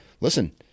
listen